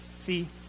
See